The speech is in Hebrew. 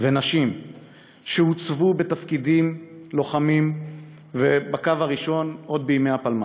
ונשים שהוצבו בתפקידי לחימה ובקו הראשון עוד בימי הפלמ"ח.